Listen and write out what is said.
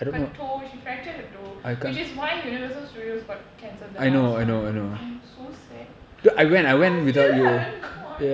her toe she fractured her toe which is why universal studios got cancelled the lifestyle I'm so sad I still haven't gone